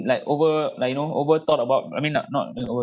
like over like you know over thought about I mean not not over